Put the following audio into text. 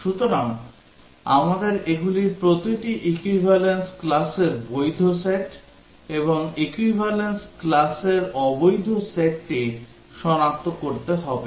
সুতরাং আমাদের এগুলির প্রতিটি equivalence classর বৈধ সেট এবং equivalence classর অবৈধ সেটটি সনাক্ত করতে হবে